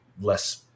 less